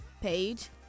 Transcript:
page